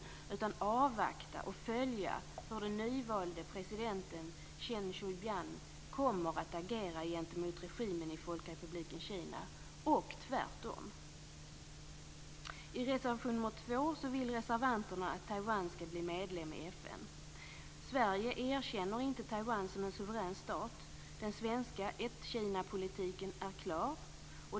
I stället bör vi avvakta och följa hur den nyvalde presidenten Chen Shui-bian kommer att agera gentemot regimen i Folkrepubliken Kina och vice versa. Taiwan ska bli medlem i FN. Sverige erkänner inte Taiwan som en suverän stat. Den svenska ett-Kinapolitiken är klar.